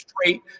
straight